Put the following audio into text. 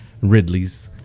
Ridley's